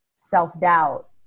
self-doubt